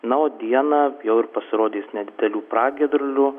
na o dieną jau ir pasirodys nedidelių pragiedrulių